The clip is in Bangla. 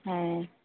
হ্যাঁ